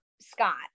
Scott